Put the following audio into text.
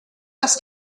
dass